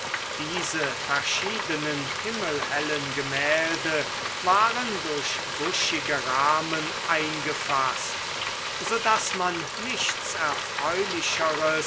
diese verschiedenen himmelhellen gemälde waren durch buschige rahmen eingefaßt so daß man nichts erfreulicheres